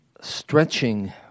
stretching